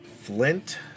Flint